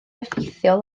effeithiol